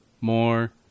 more